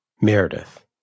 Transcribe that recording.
Meredith